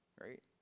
right